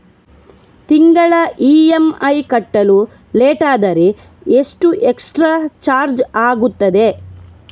ತಿಂಗಳ ಇ.ಎಂ.ಐ ಕಟ್ಟಲು ಲೇಟಾದರೆ ಎಷ್ಟು ಎಕ್ಸ್ಟ್ರಾ ಚಾರ್ಜ್ ಆಗುತ್ತದೆ?